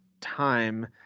time